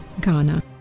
Ghana